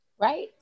Right